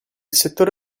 settore